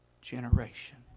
generation